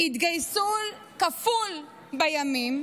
יתגייסו כפול בימים.